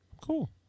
Cool